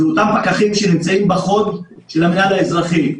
אלו אותם פקחים שנמצאים בחוד של המינהל האזרחי.